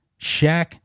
Shaq